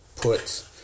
put